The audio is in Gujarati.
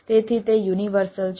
તેથી તે યુનિવર્સલ છે